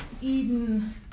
Eden